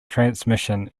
transmission